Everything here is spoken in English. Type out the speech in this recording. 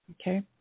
Okay